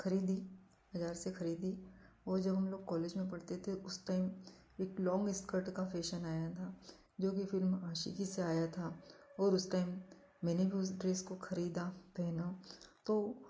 खरीदी बाज़ार से खरीदी और जब हम लोग कॉलेज में पढ़ते थे उस टाइम एक लॉन्ग स्कर्ट का फैशन आया था जो कि फ़िल्म आशिकी से आया था और उस टाइम मैंने भी उस ड्रेस को खरीदा पहना तो